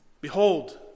Behold